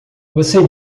você